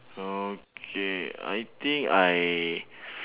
okay I think I